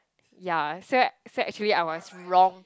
ya said said actually I was wrong